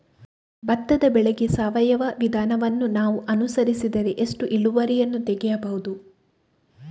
ಭತ್ತದ ಬೆಳೆಗೆ ಸಾವಯವ ವಿಧಾನವನ್ನು ನಾವು ಅನುಸರಿಸಿದರೆ ಎಷ್ಟು ಇಳುವರಿಯನ್ನು ತೆಗೆಯಬಹುದು?